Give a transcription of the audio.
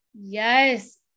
Yes